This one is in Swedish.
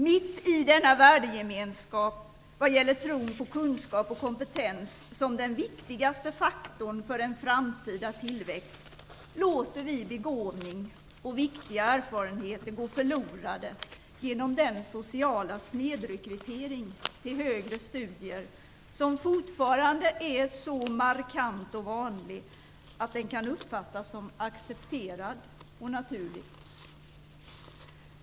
Mitt i denna värdegemenskap vad gäller tron på kunskap och kompetens som den viktigaste faktorn för en framtida tillväxt låter vi begåvning och viktiga erfarenheter gå förlorade genom den sociala snedrekrytering till högre studier som fortfarande är så markant och vanlig att den kan uppfattas som accepterad och naturlig.